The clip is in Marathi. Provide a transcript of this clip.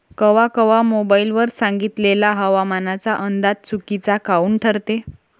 कवा कवा मोबाईल वर सांगितलेला हवामानाचा अंदाज चुकीचा काऊन ठरते?